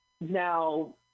now